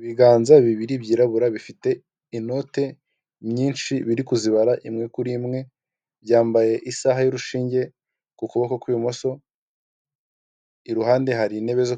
Niba ufite indoto zo gukorera ibirori n'ibitaramo ahantu heza rwose ndakuragira hiritopu hoteli, iherereye mu giporoso ntabwo ari kure, ugera i Remera